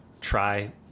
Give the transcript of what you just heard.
try